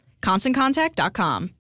ConstantContact.com